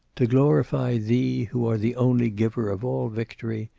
to glorify thee, who are the only giver of all victory,